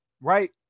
right